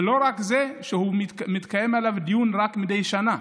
ולא רק זה, מתקיים עליו דיון רק מדי שנה.